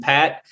Pat